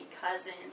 cousins